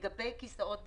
לגבי כיסאות בטיחות,